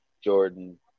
Jordan